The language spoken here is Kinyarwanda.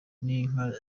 n’inka